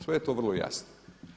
Sve je to vrlo jasno.